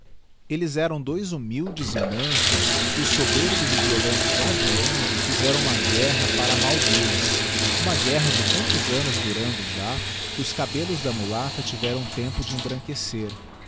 eljes eram dois humildes e mansos e os soberbos e violentos lá de longe fizeram uma guerra para mal delles uma guerra de tantos annos durando já que os cabellos da mulata tiveram tempo de embranquecer